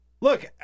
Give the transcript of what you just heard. look